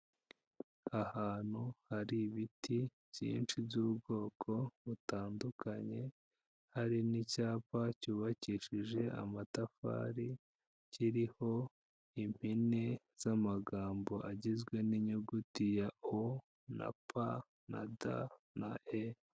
Ahantu hari ibiti byinshi by'ubwoko butandukanye, hari n'icyapa cyubakishije amatafari, kiriho impine z'amagambo agizwe n'inyuguti ya o na p na d na e.